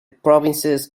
provinces